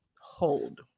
hold